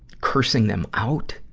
cursing them out.